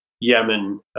Yemen